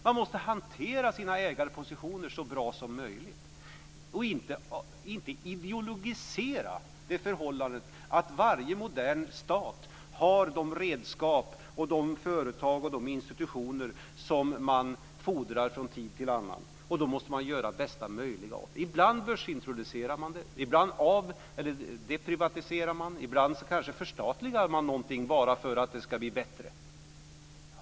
Man måste hantera sina ägarpositioner så bra som möjligt och inte ideologisera det förhållandet att varje modern stat har de redskap, företag och institutioner som man fordrar från tid till annan. Man måste göra bästa möjliga av det. Ibland börsintroducerar man. Ibland deprivatiserar man. Ibland kanske man förstatligar någonting för att det ska bli bättre.